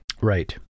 right